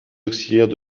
auxiliaires